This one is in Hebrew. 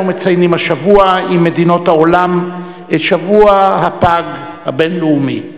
אנו מציינים השבוע עם מדינות העולם את שבוע הפג הבין-לאומי.